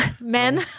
Men